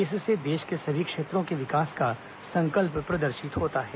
इससे देश के सभी क्षेत्रों के विकास का संकल्प प्रदर्शित होता है